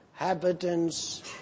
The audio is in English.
inhabitants